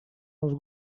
els